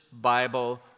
Bible